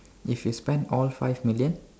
if you spend all five million